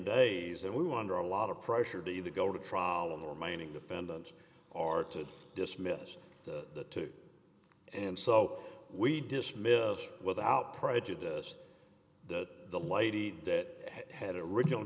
days and we were under a lot of pressure to be the go to trial on the remaining defendants are to dismiss the and so we dismissed without prejudice that the lady that had originally